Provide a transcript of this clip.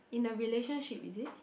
in a relationship is it